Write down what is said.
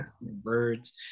birds